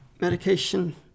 medication